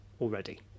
already